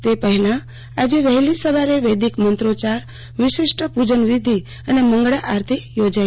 તે પહેલા આજે વહેલી સવારે વૈદિક મંત્રોચ્યાર વિશિષ્ટ પુજન વિધિ અને મંગળા આરતી યોજાઈ